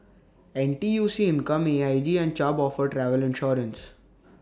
N T U C income A I G and Chubb offer travel insurance